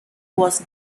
was